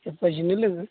उफायजिनो लोङो